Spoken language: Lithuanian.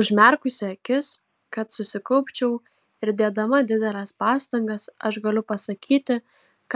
užmerkusi akis kad susikaupčiau ir dėdama dideles pastangas aš galiu pasakyti